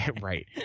right